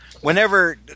whenever